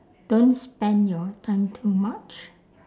don't spend your time too much